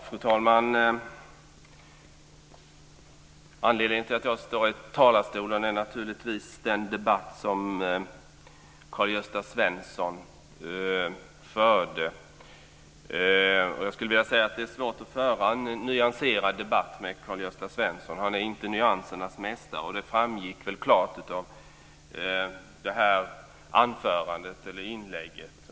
Fru talman! Anledningen till att jag står i talarstolen är naturligtvis den debatt som Karl-Gösta Svenson förde. Jag skulle vilja säga att det är svårt att föra en nyanserad debatt med Karl-Gösta Svenson. Han är inte nyansernas mästare. Det framgick klart av det inlägg han gjorde.